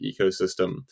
ecosystem